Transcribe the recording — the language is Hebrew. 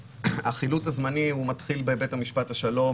--- הזמנים מתחיל בבית משפט השלום,